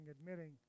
admitting